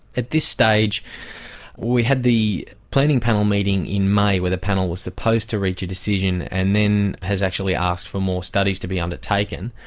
at this stage we had the planning panel meeting in may, where the panel was supposed to reach a decision, and then has actually asked for more studies to be undertaken,